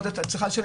את צריכה לשלם.